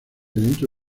dentro